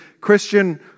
Christian